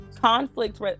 Conflict